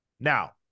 now